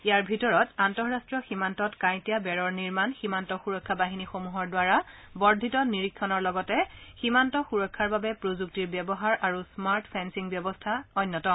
ইয়াৰে ভিতৰত আন্তঃৰাষ্ট্ৰীয় সীমান্তত কাঁইটীয়া বেৰৰ নিৰ্মণ সীমান্ত সুৰক্ষা বাহিনীসমূহৰ দ্বাৰা বৰ্ধিত নিৰীক্ষণৰ লগতে সীমান্ত সুৰক্ষাৰ বাবে প্ৰযুক্তিৰ ব্যৱহাৰ আৰু স্নাৰ্ট ফেলিং ব্যৱস্থা আদি অন্যতম